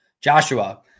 Joshua